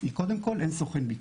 היא קודם כל - אין סוכן ביטוח.